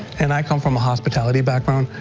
and i come from a hospitality background.